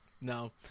no